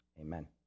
Amen